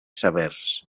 severs